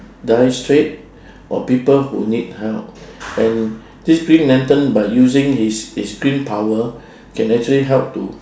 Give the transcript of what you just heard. dying straight or people who need help and this green lantern by using his his green power can actually help to